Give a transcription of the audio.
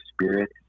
spirit